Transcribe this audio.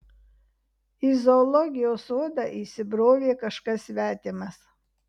į zoologijos sodą įsibrovė kažkas svetimas